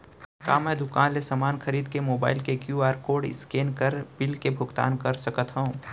का मैं दुकान ले समान खरीद के मोबाइल क्यू.आर कोड स्कैन कर बिल के भुगतान कर सकथव?